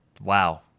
Wow